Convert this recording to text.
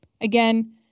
again